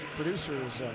producers